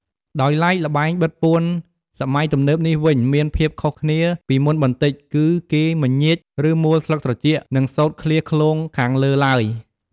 ដោយឡែកល្បែងបិទបួនសម័យទំនើបនេះវិញ មានភាពខុសគ្នាពីមុនបន្តិច គឺគេមិនញៀច ឬ មូលស្លឹកត្រចៀក និងសូត្រឃ្លាឃ្លោងខាងលើឡើយ។